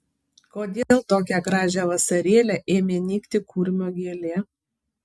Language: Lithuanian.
kodėl tokią gražią vasarėlę ėmė nykti kurmio gėlė